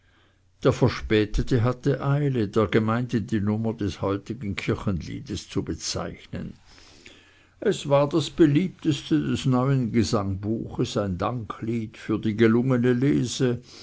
der verspätete hatte eile der gemeinde die nummer des heutigen kirchenliedes zu bezeichnen es war das beliebteste des neuen gesangbuchs ein danklied für die gelungene lese